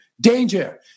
danger